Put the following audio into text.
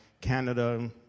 Canada